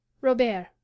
robert